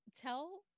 tell